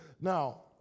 Now